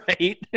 Right